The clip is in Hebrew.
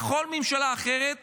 בכל ממשלה אחרת